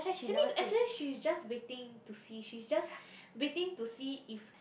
that means actually she's just waiting to see she's just waiting to see if